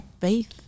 faith